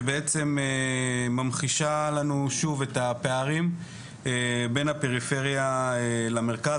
שממחישה לנו שוב את הפערים בין הפריפריה למרכז,